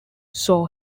saw